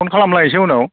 phone खालाम लायनोसै उनाव